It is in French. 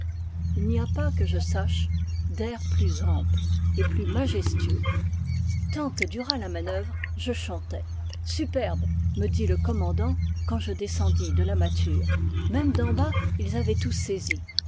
il n'y a pas que je sache d'air plus ample et plus majestueux tant que dura la manœuvre je chantai superbe me dit le commandant quand je descendis de la mâture même d'en bas ils avaient tout saisi